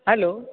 hello